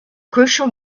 crucial